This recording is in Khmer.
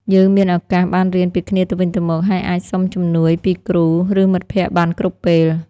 យើងមានឱកាសបានរៀនពីគ្នាទៅវិញទៅមក ហើយអាចសុំជំនួយពីគ្រូ ឬមិត្តភក្តិបានគ្រប់ពេល។